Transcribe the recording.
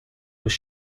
were